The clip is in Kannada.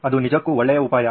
ಅದು ನಿಜಕ್ಕೂ ಒಳ್ಳೆಯ ಉಪಾಯ